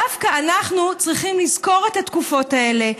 דווקא אנחנו צריכים לזכור את התקופות האלה,